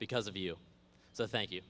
because of you so thank you